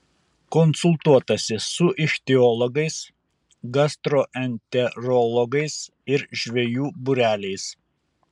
konsultuotasi su ichtiologais gastroenterologais ir žvejų būreliais